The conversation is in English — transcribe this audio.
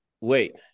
wait